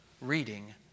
reading